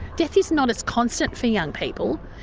death is not as constant for young people.